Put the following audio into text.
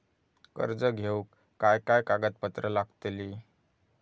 कर्ज घेऊक काय काय कागदपत्र लागतली?